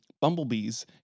bumblebees